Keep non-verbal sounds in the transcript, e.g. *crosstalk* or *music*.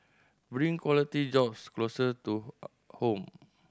bring quality jobs closer to *unintelligible* home